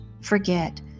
forget